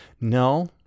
No